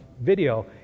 video